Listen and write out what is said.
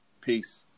Peace